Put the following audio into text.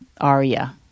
Arya